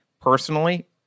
personally